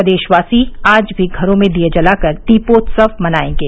प्रदेशवासी आज भी घरों में दीए जलाकर दीपोत्सव मनाएंगे